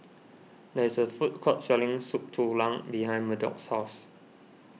there is a food court selling Soup Tulang behind Murdock's house